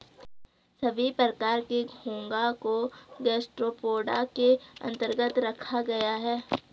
सभी प्रकार के घोंघा को गैस्ट्रोपोडा के अन्तर्गत रखा गया है